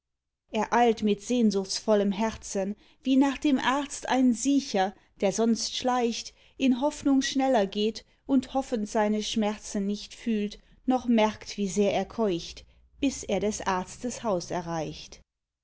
er eilt mit sehnsuchtsvollem herzen wie nach dem arzt ein siecher der sonst schleicht in hoffnung schneller geht und hoffend seine schmerzen nicht fühlt noch merkt wie sehr er keucht bis er des arztes haus erreicht